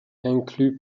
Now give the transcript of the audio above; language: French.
inclut